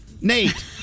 Nate